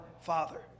Father